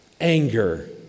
anger